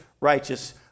righteous